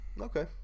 Okay